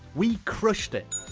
we crushed it.